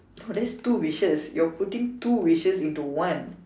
no that's two wishes you're putting two wishes into one